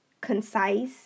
concise